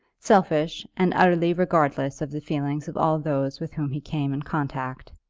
selfish, and utterly regardless of the feelings of all those with whom he came in contact.